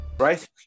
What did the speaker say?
Right